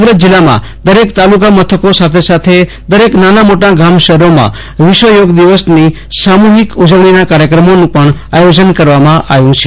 ઉપરાંત સમગ્ર જિલ્લામાં દરેક તાલુકા મથકે ઉપરાંત દરેક નાના મોટા ગામ શફેરોમાં વિશ્વ યોગ દિવસની સામુફિક ઉજવણીના કાર્યક્રમોનું આયોજન કરવામાં આવ્યુ છે